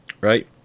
right